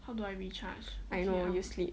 I know you sleep